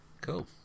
cool